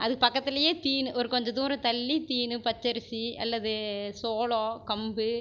அதுக்கு பக்கத்திலியே தீனி ஒரு கொஞ்சம் தூரம் தள்ளி தீனி பச்சரிசி அல்லது சோளம் கம்பு